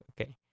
Okay